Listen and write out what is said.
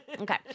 Okay